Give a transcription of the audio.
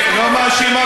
אבל למה להאשים אותנו,